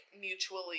mutually